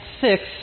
six